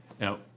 Now